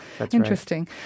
Interesting